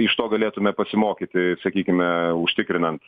iš to galėtume pasimokyti sakykime užtikrinant